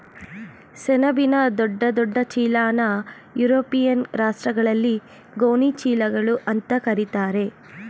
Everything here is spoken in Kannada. ಸೆಣಬಿನ ದೊಡ್ಡ ದೊಡ್ಡ ಚೀಲನಾ ಯುರೋಪಿಯನ್ ರಾಷ್ಟ್ರಗಳಲ್ಲಿ ಗೋಣಿ ಚೀಲಗಳು ಅಂತಾ ಕರೀತಾರೆ